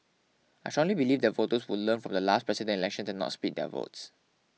I strongly believe that voters would learn from the last Presidential Elections and not split their votes